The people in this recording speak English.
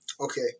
Okay